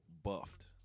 buffed